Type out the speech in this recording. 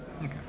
Okay